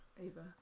Ava